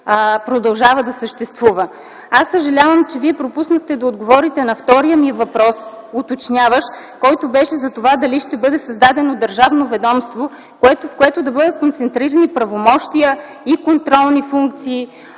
продължава да съществува. Аз съжалявам, че Вие пропуснахте да отговорите на втория ми уточняващ въпрос, който беше за това дали ще бъде създадено държавно ведомство, в което да бъдат концентрирани правомощия и контролни функции